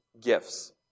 gifts